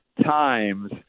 times